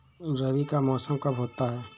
रबी का मौसम कब होता हैं?